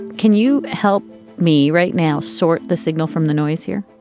can you help me right now? sort the signal from the noise here